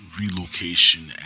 relocation